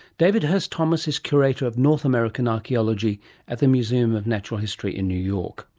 david hurst thomas is curator of north american archaeology at the museum of natural history in new york